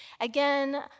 again